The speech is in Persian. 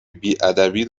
بیادبی